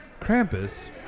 Krampus